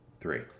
three